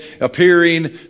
appearing